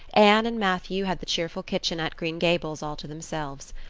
anne and matthew had the cheerful kitchen at green gables all to themselves.